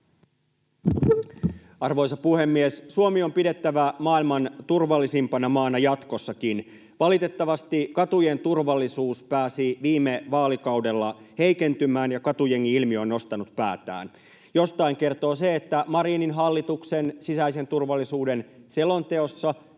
Arvoisa puhemies! Suomi on pidettävä maailman turvallisimpana maana jatkossakin. Valitettavasti katujen turvallisuus pääsi viime vaalikaudella heikentymään ja katujengi-ilmiö on nostanut päätään. Jostain kertoo se, että Marinin hallituksen sisäisen turvallisuuden selonteossa